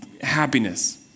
happiness